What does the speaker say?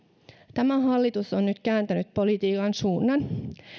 tämä hallitus on nyt kääntänyt politiikan suunnan